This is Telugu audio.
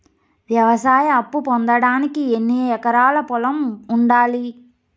వ్యవసాయ అప్పు పొందడానికి ఎన్ని ఎకరాల పొలం ఉండాలి?